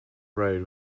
road